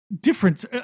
difference